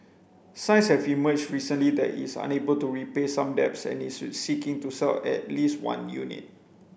signs have emerged recently that it's unable to repay some debts and is seeking to sell at least one unit